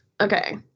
okay